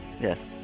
yes